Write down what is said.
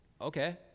okay